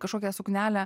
kažkokią suknelę